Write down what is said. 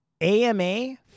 AMA